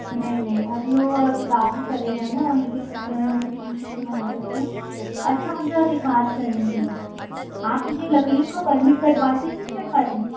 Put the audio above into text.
नहीं नहीं अभी वो अभी गाँव में चले गए हैं ना वहीँ पर उनके उनकी ड्यूटी तो वही करते हैं अच्छा एक बात करनी थी आप की लकड़ियों का परमिट कटवाते की नहीं कटवाते